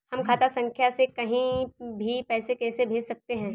हम खाता संख्या से कहीं भी पैसे कैसे भेज सकते हैं?